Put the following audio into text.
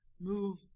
move